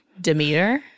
Demeter